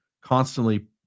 constantly